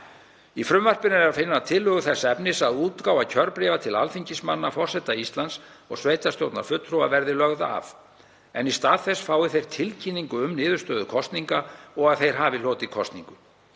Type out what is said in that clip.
Í frumvarpinu er að finna tillögu þess efnis að útgáfa kjörbréfa til alþingismanna, forseta Íslands og sveitarstjórnarfulltrúa verði lögð af. Í stað þess fái þeir tilkynningu um niðurstöðu kosninga og að þeir hafi hlotið kosningu.